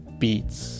beats